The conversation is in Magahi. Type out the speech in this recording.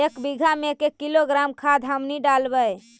एक बीघा मे के किलोग्राम खाद हमनि डालबाय?